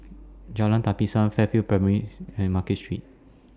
Jalan Tapisan Fairfield Primary and Market Street